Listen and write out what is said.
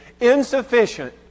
insufficient